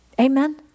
Amen